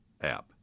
app